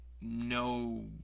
no